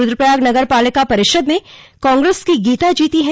रुद्रप्रयाग नगर पालिका परिषद में कांग्रेस की गीता जीती हैं